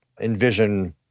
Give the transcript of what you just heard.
envision